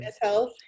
Health